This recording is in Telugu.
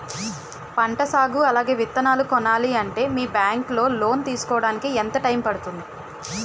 పంట సాగు అలాగే విత్తనాలు కొనాలి అంటే మీ బ్యాంక్ లో లోన్ తీసుకోడానికి ఎంత టైం పడుతుంది?